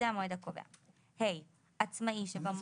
מה זה?